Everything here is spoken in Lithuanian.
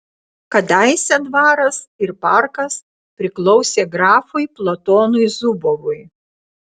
kadaise dvaras ir parkas priklausė grafui platonui zubovui